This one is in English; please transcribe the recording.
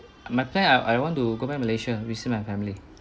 my plan I want to go back malaysia visit my family